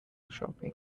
shopping